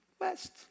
West